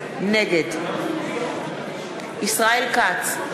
נגד ישראל כץ,